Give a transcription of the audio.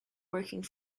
working